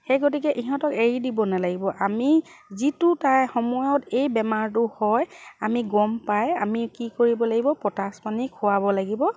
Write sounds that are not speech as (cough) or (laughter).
সেই গতিকে ইহঁতক এৰি দিব নালাগিব আমি যিটো (unintelligible) সময়ত এই বেমাৰটো হয় আমি গম পাই আমি কি কৰিব লাগিব পটাচ পানী খোৱাব লাগিব